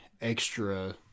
extra